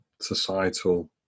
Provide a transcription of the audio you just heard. societal